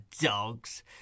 dogs